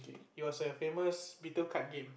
it was a famous beetle card game